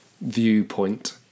viewpoint